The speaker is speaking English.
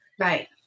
Right